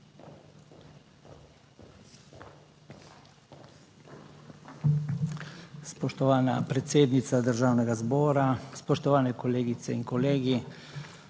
Spoštovana predsednica Državnega zbora, spoštovane kolegice in kolegi,